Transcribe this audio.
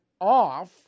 off